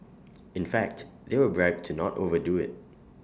in fact they were bribed to not over do IT